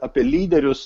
apie lyderius